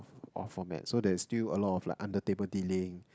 of format so there's still a lot of like under table dealing